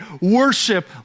worship